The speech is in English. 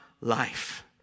life